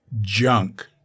junk